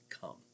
come